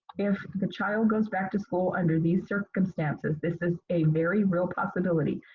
if the child goes back to school under these circumstances, this is a very real possibility,